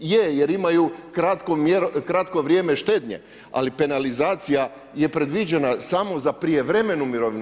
Je jer imaju kratko vrijeme štednje, ali penalizacija je predviđena samo za prijevremenu mirovinu.